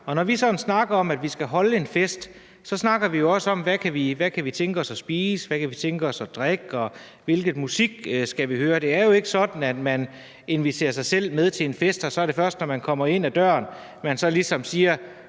sådan snakker om, at vi skal holde en fest, snakker vi jo også om, hvad vi kunne tænke os at spise, hvad vi kunne tænke os at drikke, og hvilken musik vi skal høre. Det er jo ikke sådan, at man inviterer sig selv med til en fest, og at det første, man siger, når man kommer ind ad døren, er: Hvad skal